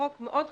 חוק מאוד חשוב.